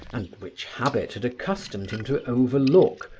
and which habit had accustomed him to overlook,